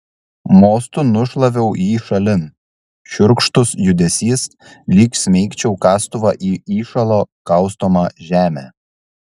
mostu nušlaviau jį šalin šiurkštus judesys lyg smeigčiau kastuvą į įšalo kaustomą žemę